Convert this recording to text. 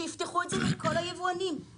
שיפתחו את זה לכל היבואנים.